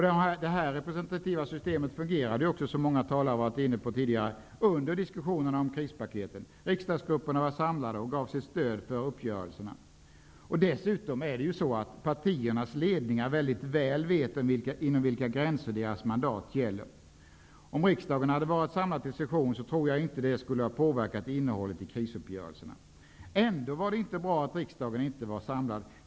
Det representativa systemet fungerade, som många talare har varit inne på, också under diskussionerna om krispaketen. Riksdagsgrupperna var samlade och gav sitt stöd för uppgörelserna. Dessutom vet partiernas ledningar mycket väl inom vilka gränser deras mandat gäller. Om riksdgen hade varit samlad till session skulle detta, tror jag, inte ha påverkat innehållet i krisuppgörelserna. Ändå var det inte bra att riksdagen inte var samlad.